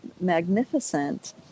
magnificent